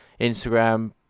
Instagram